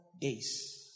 days